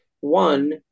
One